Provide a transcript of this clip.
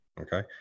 Okay